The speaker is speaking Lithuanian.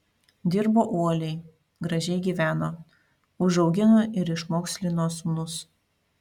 dirbo uoliai gražiai gyveno užaugino ir išmokslino sūnus